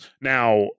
Now